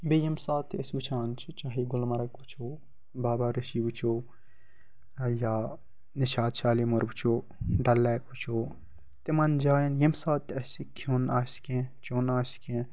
بیٚیہِ ییٚمہِ ساتہٕ تہِ أسۍ وٕچھان چھِ چاہے گُلمَرگ وٕچھو بابا ریٖشی وٕچھو یا نِشاط شالیمور وٕچھو ڈَل لیک وٕچھو تِمَن جایَن ییٚمہِ ساتہٕ تہِ اَسہِ کھیوٚن آسہِ کیٚنہہ چیوٚن آسہِ کیٚنہہ